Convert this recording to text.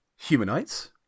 humanites